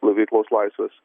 nuo veiklos laisvės